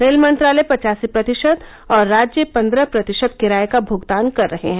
rail मंत्रालय पचासी प्रतिशत और राज्य पन्द्रह प्रतिशत किराए का भुगतान कर रहे हैं